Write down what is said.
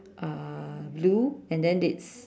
uh blue and then it's